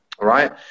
right